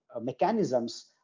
mechanisms